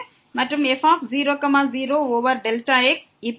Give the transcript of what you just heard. மற்றும் f0 0 over Δx